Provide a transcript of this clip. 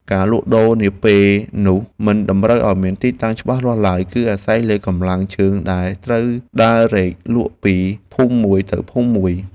ការលក់ដូរនាពេលនោះមិនតម្រូវឱ្យមានទីតាំងច្បាស់លាស់ឡើយ គឺអាស្រ័យលើកម្លាំងជើងដែលត្រូវដើររែកលក់ពីភូមិមួយទៅភូមិមួយ។